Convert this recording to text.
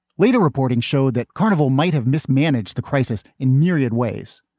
later, reporting showed that carnival might have mismanaged the crisis in myriad ways,